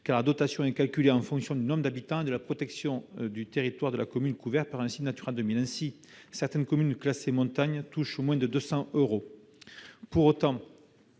car celle-ci est calculée en fonction du nombre d'habitants et de la proportion du territoire de la commune couvert par un site Natura 2000. Ainsi, certaines communes classées en zone de montagne touchent moins de 200 euros. Pourtant,